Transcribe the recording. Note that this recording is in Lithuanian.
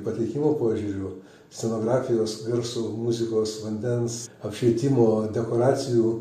pateikimo požiūriu scenografijos garso muzikos vandens apšvietimo dekoracijų